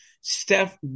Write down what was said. Steph